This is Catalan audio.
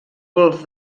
golf